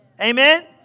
Amen